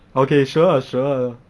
okay sure sure